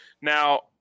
Now –